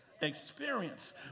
experience